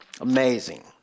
Amazing